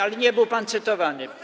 Ale nie był pan cytowany.